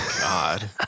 God